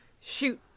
shoot